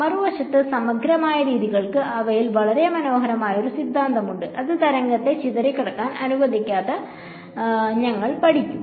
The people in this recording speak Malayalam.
മറുവശത്ത് സമഗ്രമായ രീതികൾക്ക് അവയിൽ വളരെ മനോഹരമായ ഒരു സിദ്ധാന്തമുണ്ട് അത് തരംഗത്തെ ചിതറിക്കാൻ അനുവദിക്കാത്ത ഞങ്ങൾ പഠിക്കും